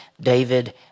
David